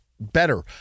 better